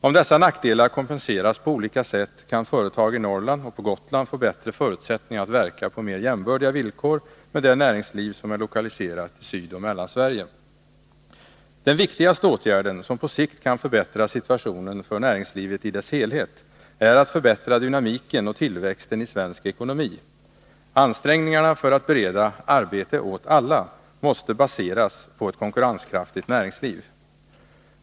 Om dessa nackdelar kompenseras på olika sätt kan företag i Norrland och på Gotland få bättre förutsättningar att verka på mera jämbördiga villkor med det näringsliv som är lokaliserat till Sydoch Mellansverige. Den viktigaste åtgärden, som på sikt kan förbättra situationen för näringslivet i dess helhet, är att förbättra dynamiken och tillväxten i svensk ekonomi. Ansträngningarna för att bereda ”arbete åt alla” måste baseras på ett konkurrenskraftigt näringsliv.